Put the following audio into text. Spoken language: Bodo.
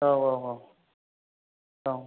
औ औ औ औ